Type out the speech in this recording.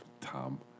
Tom